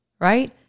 right